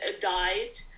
died